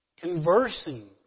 conversing